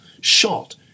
shot